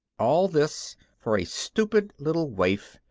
all this for a stupid little waif,